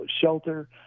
shelter